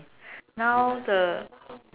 now the